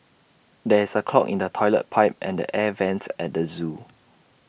there is A clog in the Toilet Pipe and the air Vents at the Zoo